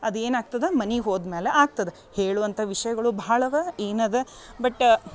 ಅದ್ ಏನು ಆಗ್ತದ ಮನೆ ಹೋದ್ಮೇಲೆ ಆಗ್ತದ ಹೇಳುವಂಥ ವಿಷಯಗಳು ಭಾಳ ಅವ ಏನದ ಬಟ್